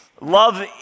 Love